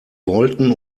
wollten